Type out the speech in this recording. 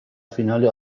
فینال